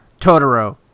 Totoro